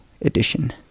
edition